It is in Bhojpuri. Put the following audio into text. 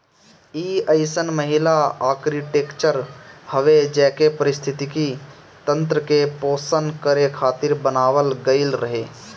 इ अइसन पहिला आर्कीटेक्चर हवे जेके पारिस्थितिकी तंत्र के पोषण करे खातिर बनावल गईल रहे